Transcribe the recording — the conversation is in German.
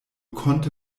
konnte